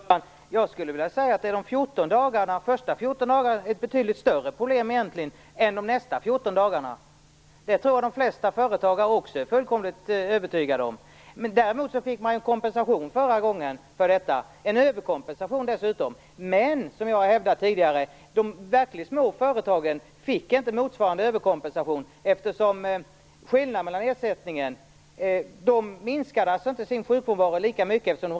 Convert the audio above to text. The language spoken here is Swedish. Fru talman! Jag skulle vilja säga att de första 14 dagarna egentligen är ett betydligt större problem än de följande 14 dagarna. Jag tror också att de flesta företagare är fullkomligt övertygade om det. Däremot fick man förra gången en kompensation, dessutom en överkompensation, men som jag tidigare hävdat fick de verkligt små företagen inte motsvarande överkompensation, eftersom de inte minskade sin sjukfrånvaro lika mycket.